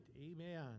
amen